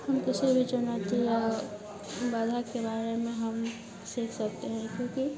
हम किसी भी चुनौती या बाधा के बारे में हम सीख सकते हैं क्योंकि